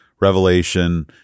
revelation